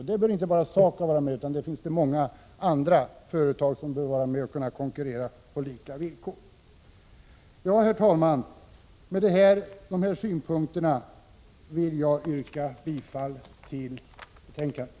I det arbetet bör inte bara SAKAB utan även andra företag vara med och konkurrera på lika villkor. Med dessa synpunkter, herr talman, ber jag att få yrka bifall till hemställan i betänkandet.